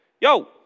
yo